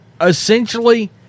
essentially